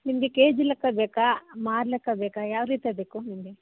ನಿಮಗೆ ಕೆಜಿ ಲೆಕ್ಕ ಬೇಕಾ ಮಾರು ಲೆಕ್ಕ ಬೇಕಾ ಯಾವ ರೀತಿಲಿ ಬೇಕು ನಿಮಗೆ